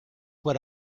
what